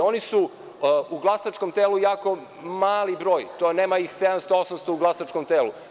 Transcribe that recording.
Oni su u glasačkom telu jako mali broj, nema ih 700, 800 u glasačkom telu.